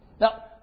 Now